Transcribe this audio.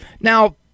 Now